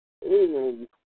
Hey